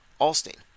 Alstein